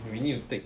we need to take